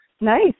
Nice